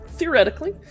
theoretically